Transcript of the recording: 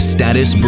Status